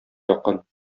якын